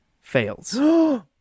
fails